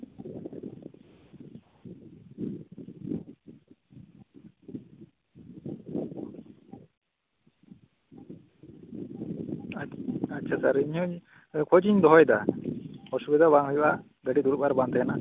ᱟᱪᱪᱷᱟ ᱥᱟᱨ ᱤᱧ ᱦᱚᱸ ᱠᱷᱚᱡᱤᱧ ᱫᱚᱦᱚᱭ ᱫᱟ ᱚᱥᱩᱵᱤᱫᱷᱟ ᱟᱨ ᱵᱟᱝ ᱦᱩᱭᱩᱜᱼᱟ ᱜᱟᱹᱰᱤ ᱫᱩᱲᱩᱵ ᱮᱨ ᱵᱟᱝ ᱛᱟᱦᱮᱸᱱᱟ